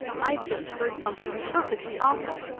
i've just heard something perfectly awful.